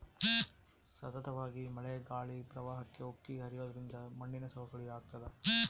ಸತತವಾಗಿ ಮಳೆ ಗಾಳಿ ಪ್ರವಾಹ ಉಕ್ಕಿ ಹರಿಯೋದ್ರಿಂದ ಮಣ್ಣಿನ ಸವಕಳಿ ಆಗ್ತಾದ